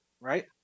right